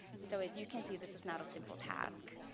so as you can see, this is not a simple task.